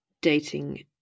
dating